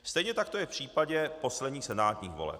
Stejně tak to je v případě posledních senátních voleb.